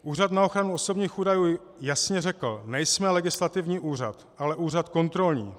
Úřad na ochranu osobních údajů jasně řekl: Nejsme legislativní úřad, ale úřad kontrolní.